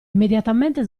immediatamente